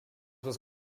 was